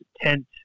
tent